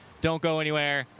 don't go anywhere.